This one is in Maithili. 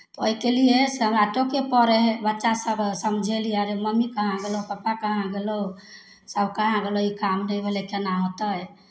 ओहिके लिए से हमरा टोकय पड़ै हइ बच्चा सभकेँ समझयली अरे मम्मी कहाँ गेलहु पप्पा कहाँ गेलहु सभ कहय ई काम नहि भेलै ई केना होतै